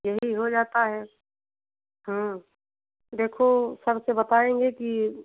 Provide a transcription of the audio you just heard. यही हो जाता है देखो सर से बताएंगे कि